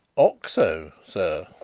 oxo, sir.